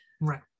right